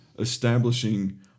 establishing